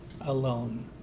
alone